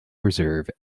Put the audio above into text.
reserve